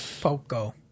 Poco